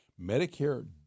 Medicare